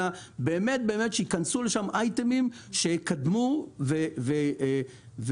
אלא באמת שייכנסו לשם אייטמים שיקדמו וישדרגו.